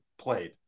played